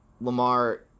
Lamar